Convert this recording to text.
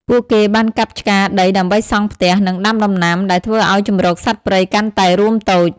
ពួកគេបានកាប់ឆ្ការដីដើម្បីសង់ផ្ទះ និងដាំដំណាំ ដែលធ្វើឱ្យជម្រកសត្វព្រៃកាន់តែរួមតូច។